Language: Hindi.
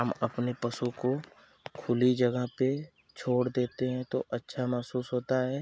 हम अपने पशु को खुली जगह पर छोड़ देते हैं तो अच्छा महसूस होता है